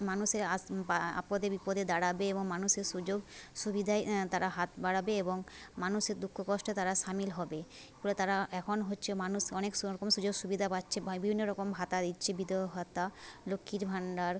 মানুষের আস বা আপদে বিপদে দাঁড়াবে এবং মানুষের সুযোগ সুবিধায় তারা হাত বাড়াবে এবং মানুষের দুঃখ কষ্টে তারা সামিল হবে করে তারা এখন হচ্ছে মানুষ অনেক সবরকম সুযোগ সুবিধা পাচ্ছে বা এ বিভিন্ন রকম ভাতা দিচ্ছে বিধবা ভাতা লক্ষ্মীর ভাণ্ডার